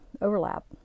overlap